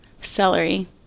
Celery